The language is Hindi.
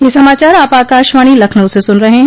ब्रे क यह समाचार आप आकाशवाणी लखनऊ से सुन रहे हैं